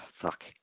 fuck